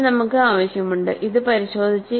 ഇത് നമുക്ക് ആവശ്യമുണ്ട് ഇത് പരിശോധിച്ച്